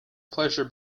pleasure